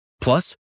Plus